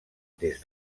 des